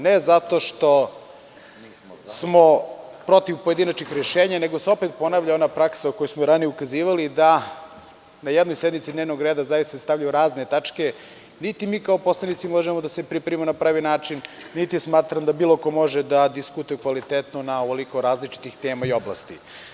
Ne zato što smo protiv pojedinačnih rešenja, nego se opet ponavlja ona praksa na koju smo i ranije ukazivali, da se na jednoj sednici dnevnog reda zaista stavljaju razne tačke, pa niti mi kao poslanici možemo da se pripremimo na pravi način, niti smatram da bilo ko može da diskutuje kvalitetno na ovoliko različitih tema i oblasti.